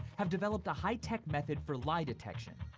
have developed a high-tech method for lie detection.